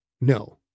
No